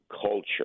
culture